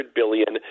billion